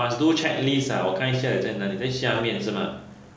must-do checklist ah 我看一下有在哪里在下面是吗